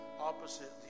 opposite